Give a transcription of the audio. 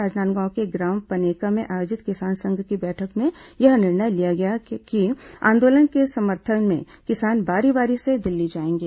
राजनांदगांव के ग्राम पनेका में आयोजित किसान संघ की बैठक में यह निर्णय लिया गया कि आंदोलन के समर्थन में किसान बारी बारी से दिल्ली जाएंगे